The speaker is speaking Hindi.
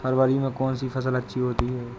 फरवरी में कौन सी फ़सल अच्छी होती है?